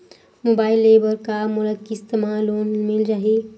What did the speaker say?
Mobile ले बर का मोला किस्त मा लोन मिल जाही?